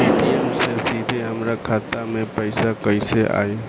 Paytm से सीधे हमरा खाता मे पईसा कइसे आई?